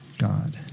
God